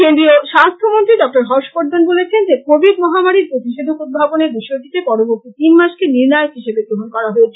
কেন্দ্রীয় স্বাস্থ্য মন্ত্রী ডঃ হর্ষবর্দ্ধন বলেছেন যে কোভিড মহামারীর প্রতিষেধক উদ্ভাবনের বিষয়টিতে পরবর্তী তিনমাসকে নির্ণায়ক হিসেবে গ্রহণ করা হয়েছে